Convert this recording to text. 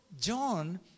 John